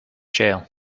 jail